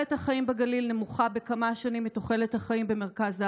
תוחלת החיים בגליל נמוכה בכמה שנים מתוחלת החיים במרכז הארץ,